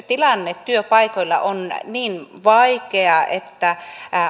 tilanne työpaikoilla on niin vaikea että